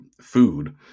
Food